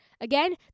Again